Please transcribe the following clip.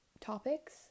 topics